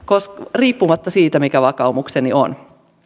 riippumatta siitä mikä vakaumukseni on